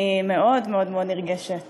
אני מאוד מאוד מאוד נרגשת